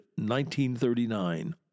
1939